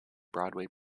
broadway